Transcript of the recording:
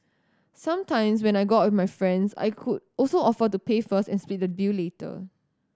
sometimes when I go out with my friends I could also offer to pay first and split the bill later